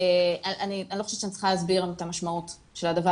אני לא חושבת שאני צריכה להסביר את המשמעות של הדבר